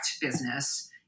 business